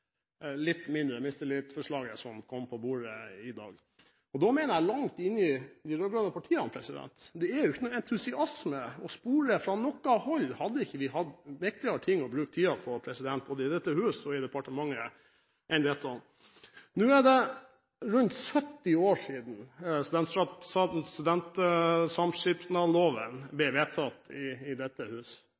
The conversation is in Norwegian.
litt mindre mistillitsforslaget som kom på bordet i dag – og da mener jeg langt inn i de rød-grønne partiene. Det er ingen entusiasme å spore fra noe hold. Har vi ikke viktigere ting å bruke tiden på, både i dette hus og i departementet, enn dette? Nå er det rundt 70 år siden studentsamskipnadsloven ble vedtatt i dette hus.